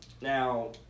Now